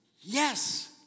Yes